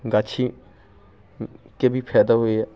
गाछीके भी फायदा होइए